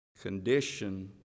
condition